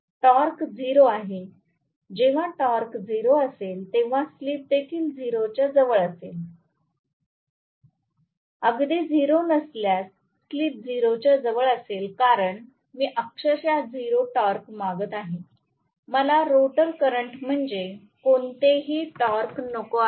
torque 0 आहे जेव्हा torque 0 असेल तेव्हा स्लिप देखील 0 च्या जवळ असेल अगदी 0 नसल्यास स्लिप 0 च्या जवळ असेल कारण मी अक्षरशः 0 टॉर्क मागत आहे मला रोटर करंट म्हणजे कोणतेही टॉर्क नको आहेत